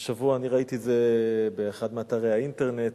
השבוע אני ראיתי את זה באחד מאתרי האינטרנט,